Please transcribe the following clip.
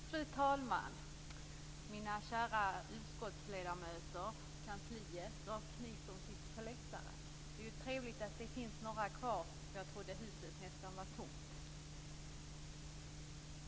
Fru talman! Mina kära utskottsledamöter, kansliet och ni som sitter på läktaren! Det är trevligt att det finns några kvar - jag trodde att huset nästan var tomt.